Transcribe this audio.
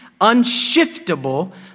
unshiftable